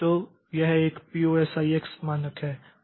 तो यह एक POSIX मानक है